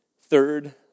third